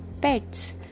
pets